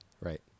Right